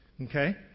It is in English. Okay